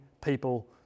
people